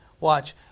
watch